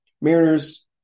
Mariners